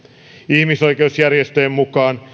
ihmisoikeusjärjestöjen mukaan